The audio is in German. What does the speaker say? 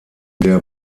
der